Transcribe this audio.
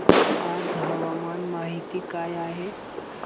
आज हवामान माहिती काय आहे?